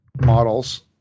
models